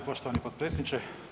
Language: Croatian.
G. poštovani potpredsjedniče.